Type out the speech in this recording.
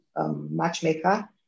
matchmaker